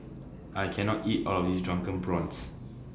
I Can not eat All of This Drunken Prawns